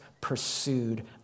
pursued